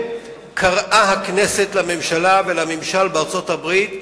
היא קראה לממשלה ולממשל בארצות-הברית,